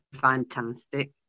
fantastic